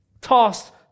tossed